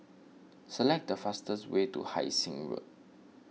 select the fastest way to Hai Sing Road